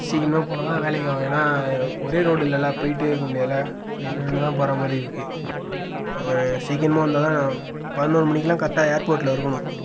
சீக்கிரமா போனால் தான் வேலைக்கு ஆகும் ஏன்னா ஒரே ரோடு இல்லைல போய்ட்டே இருக்க முடியாதுல்லை நின்று நின்று தான் போகிற மாதிரி இருக்குது சீக்கிரமா வந்தால்தான் நான் பதினோரு மணிக்குலாம் கரெட்டாக ஏர்போர்ட்டில் இருக்கணும்